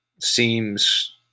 seems